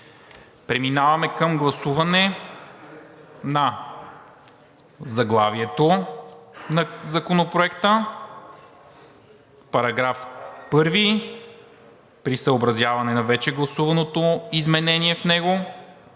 Преминаваме към гласуване на заглавието на Законопроекта, § 1 при съобразяване на вече гласуваното изменение в него;